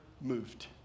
moved